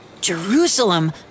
Jerusalem